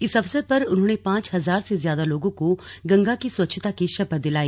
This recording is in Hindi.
इस अवसर पर उन्होंने पांच हजार से ज्यादा लोगों को गंगा की स्वच्छता की शपथ दिलाई